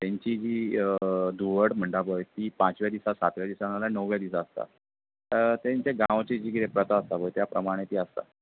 तेंची जी धुळवट म्हणटा पय ती पांचव्या दिसा सातव्या दिसा नाल्या णव्या दिसा आसता तेंच्या गांवची जें कितें प्रथा आसा पय त्या प्रमाणे ती आसता